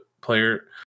player